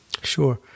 Sure